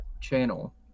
channel